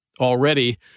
already